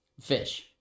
Fish